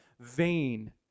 vain